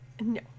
No